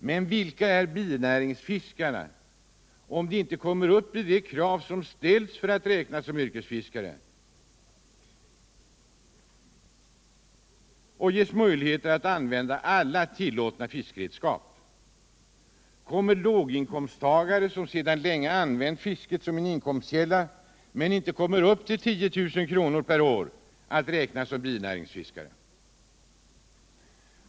Men vilka är binäringsfiskare, om de inte kommer upp till de krav som ställs för att de skall räknas till yrkesfiskare och ges möjligheter alt använda alla tillåtna fiskredskap? Kommer låginkomsttagare, som länge använt fisket som en inkomstkälla men inte kommer upp till 10 000 kr. per år, att räknas som binäringsfiskare?